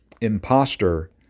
imposter